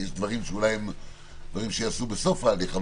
כי יש דברים שאולי ייעשו בסוף ההליך,